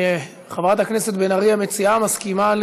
חברת הכנסת בן ארי, המציעה, מסכימה?